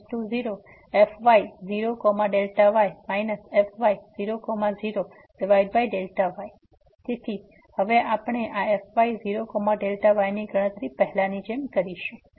fyy00fy0Δy fy00Δy તેથી હવે આપણે આ fy0Δy ની ગણતરી પહેલાની જેમ કરીશું